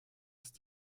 ist